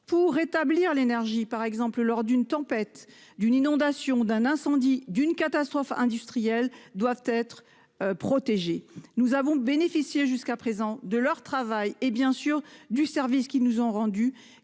pour rétablir l'énergie, par exemple lors d'une tempête, d'une inondation, d'un incendie ou d'une catastrophe industrielle, doivent être protégés. Nous avons bénéficié jusqu'à présent de leur travail et du service qu'ils nous ont rendu.